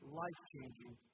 life-changing